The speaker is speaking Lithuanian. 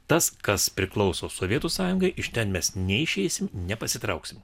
tas kas priklauso sovietų sąjungai iš ten mes neišeisim nepasitrauksim